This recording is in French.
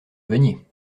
reveniez